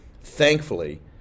Thankfully